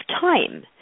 time